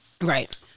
Right